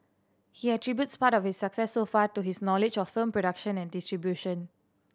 he attributes part of its success so far to his knowledge of film production and distribution